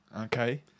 Okay